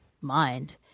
mind